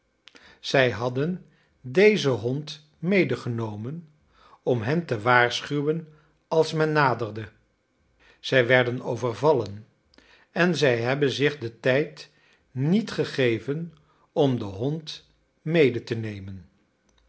zij hadden dezen hond medegenomen om hen te waarschuwen als men naderde zij werden overvallen en zij hebben zich den tijd niet gegeven om den hond mede te nemen